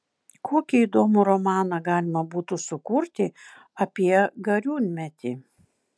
kokį įdomų romaną galima būtų sukurti apie gariūnmetį